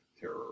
terror